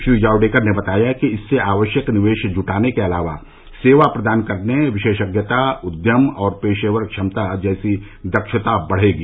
श्री जावडेकर ने बताया कि इससे आवश्यक निवेश जुटाने के अलावा सेवा प्रदान करने विशेषज्ञता उद्यम और पेशेवर क्षमता जैसी दक्षता बढेगी